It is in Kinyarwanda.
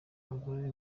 abagore